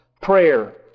prayer